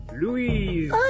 Louise